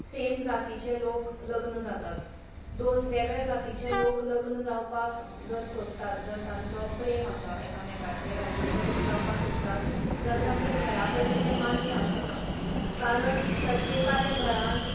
same जातीचे लोक लग्न जातात दोन वेगळ्या जातीचे लोक लग्न जावपाक जर सोदतात जर तांचो प्रेम आसा एकामेकांचेर आनी ते लग्न जावपाक सोदतात जाल्यार तांच्या घरा कडेन तें मान्य आसना कारण प्रत्येकाले घरांत